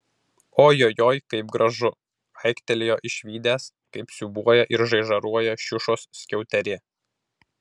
ojojoi kaip gražu aiktelėjo išvydęs kaip siūbuoja ir žaižaruoja šiušos skiauterė